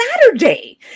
Saturday